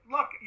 Look